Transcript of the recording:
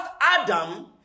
Adam